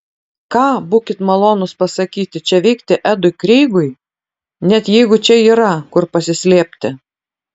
ką būkit malonūs pasakyti čia veikti edui kreigui net jeigu čia yra kur pasislėpti